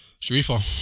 Sharifa